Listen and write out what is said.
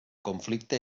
conflicte